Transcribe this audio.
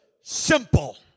simple